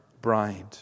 bride